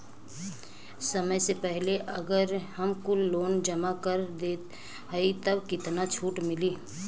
समय से पहिले अगर हम कुल लोन जमा कर देत हई तब कितना छूट मिली?